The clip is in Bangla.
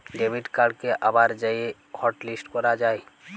ডেবিট কাড়কে আবার যাঁয়ে হটলিস্ট ক্যরা যায়